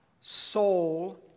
soul